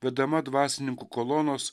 vedama dvasininkų kolonos